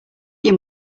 your